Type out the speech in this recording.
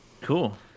Cool